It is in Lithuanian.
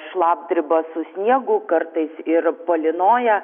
šlapdriba su sniegu kartais ir palynoja